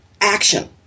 action